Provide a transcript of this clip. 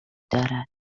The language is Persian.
دارد